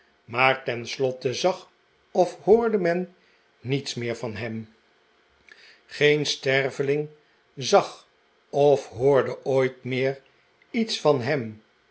maar tenslotte zag of hoorde men niets meer van hem geen sterveling zag of hoorde ooit meer iets van hem